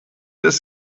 ist